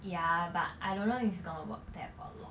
ya but I don't know if he's gonna work there for long